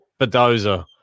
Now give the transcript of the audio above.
Badoza